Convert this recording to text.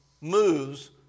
moves